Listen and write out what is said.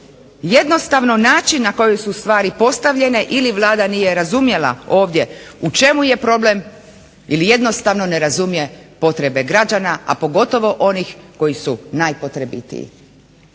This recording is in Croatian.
Jednostavno način na koje su stvari postavljene ili Vlada nije razumjela ovdje u čemu je problem ili jednostavno ne razumije potrebe građana, a pogotovo onih koji su najpotrebitiji.